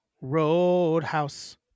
Roadhouse